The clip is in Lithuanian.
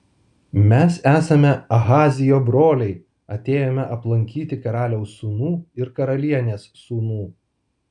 mes esame ahazijo broliai atėjome aplankyti karaliaus sūnų ir karalienės sūnų